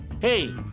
Hey